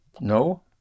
No